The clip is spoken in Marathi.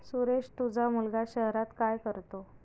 सुरेश तुझा मुलगा शहरात काय करतो